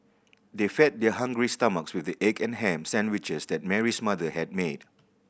they fed their hungry stomachs with the egg and ham sandwiches that Mary's mother had made